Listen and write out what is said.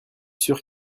sûr